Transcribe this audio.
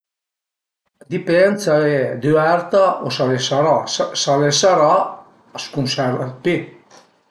A dipend s'al e düverta u sërà, s'al e sërà a së cunserva 'd pì